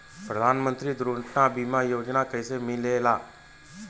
प्रधानमंत्री दुर्घटना बीमा योजना कैसे मिलेला?